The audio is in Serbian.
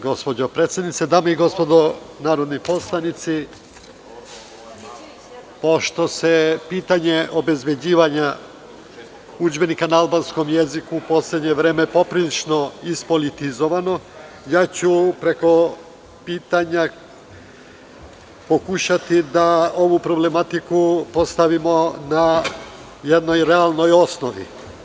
Gospođo predsednice, dame i gospodo narodni poslanici, pošto je pitanje obezbeđivanje udžbenika na albanskom jeziku u poslednje vreme poprilično ispolitizovano, ja ću preko pitanja pokušati da ovu problematiku postavimo na jednoj realnoj osnovi.